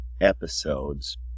episodes